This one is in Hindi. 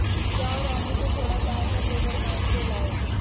जाओ रामू से थोड़ा गाय का गोबर मांग के लाओ